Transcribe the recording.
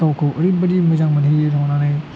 गावखौ ओरैबायदि मोजां मोनहैयो थांनानै